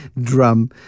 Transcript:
drum